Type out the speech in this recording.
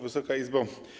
Wysoka Izbo!